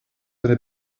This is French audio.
n’est